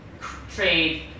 trade